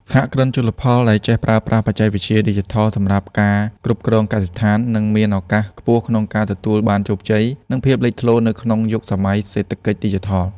សហគ្រិនជលផលដែលចេះប្រើប្រាស់បច្ចេកវិទ្យាឌីជីថលសម្រាប់ការគ្រប់គ្រងកសិដ្ឋាន នឹងមានឱកាសខ្ពស់ក្នុងការទទួលបានជោគជ័យ និងភាពលេចធ្លោនៅក្នុងយុគសម័យសេដ្ឋកិច្ចឌីជីថល។